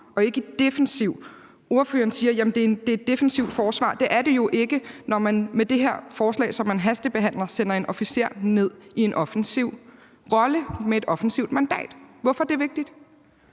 og ikke i defensiv? Ordføreren siger, at det er et defensivt forsvar, men det er det jo ikke, når man med det her forslag, som man hastebehandler, sender en officer ned i en offensiv rolle med et offensivt mandat. Hvorfor er det vigtigt?